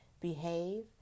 behave